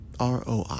ROI